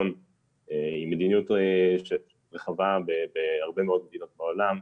מדיניות רחבה בהרבה מאוד מדינות בעולם,